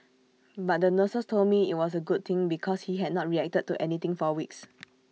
but the nurses told me IT was A good thing because he had not reacted to anything for weeks